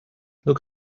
look